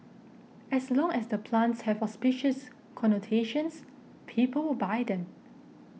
as long as the plants have auspicious connotations people will buy them